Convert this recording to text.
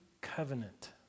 covenant